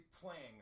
playing